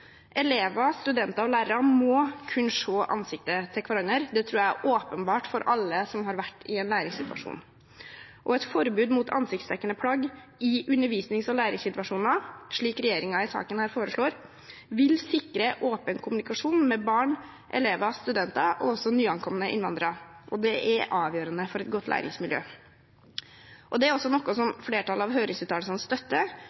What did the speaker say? Elever, studenter og lærere må kunne se ansiktene til hverandre. Det tror jeg er åpenbart for alle som har vært i en læringssituasjon. Et forbud mot ansiktsdekkende plagg i undervisnings- og læringssituasjoner, slik regjeringen foreslår i denne saken, vil sikre åpen kommunikasjon med barn, elever, studenter og også nyankomne innvandrere. Det er avgjørende for et godt læringsmiljø. Det er også noe som flertallet av høringsuttalelsene støtter,